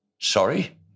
Sorry